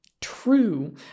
true